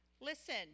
Listen